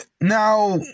Now